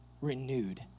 renewed